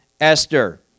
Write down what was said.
Esther